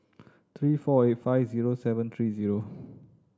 three four eight five zero seven three zero